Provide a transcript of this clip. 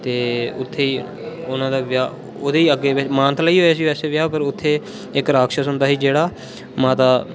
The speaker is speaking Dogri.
ते उत्थे उना दा ब्याह औदे अग्गे मानतलाई होया सी वैसे ब्याह पर उत्थे इक राक्षस होंदा सी जेह्ड़ा